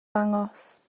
dangos